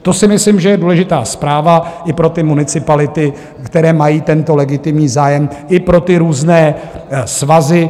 To si myslím, že je důležitá zpráva i pro municipality, které mají tento legitimní zájem, i pro různé svazy.